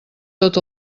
tot